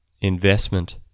investment